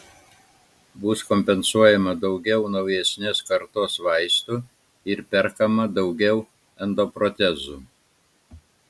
bus kompensuojama daugiau naujesnės kartos vaistų ir perkama daugiau endoprotezų